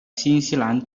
新西兰